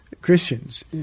Christians